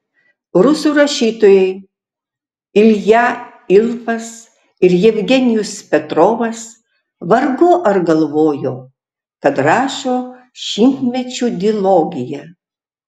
rusų rašytojai ilja ilfas ir jevgenijus petrovas vargu ar galvojo kad rašo šimtmečių dilogiją